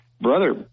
brother